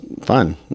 fun